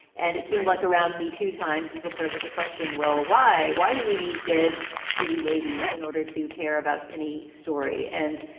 and it seemed like around me, two time people started to question, well, why why do we need dead pretty ladies in order to care about any story? and,